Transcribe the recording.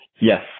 yes